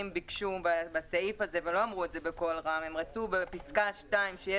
אנחנו רוצים להציע שבעצם --- ב-19 חייתם עם זה טוב?